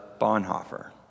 Bonhoeffer